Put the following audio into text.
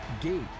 Gate